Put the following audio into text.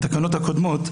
התקנות הקודמות,